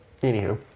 Anywho